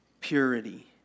purity